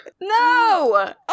no